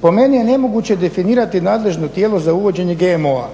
po meni je nemoguće definirati nadležno tijelo za uvođenje GMO-a.